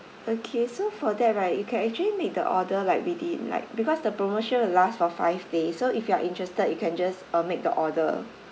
okay so for that right you can actually make the order like within like because the promotion will last for five days so if you are interested you can just uh make the order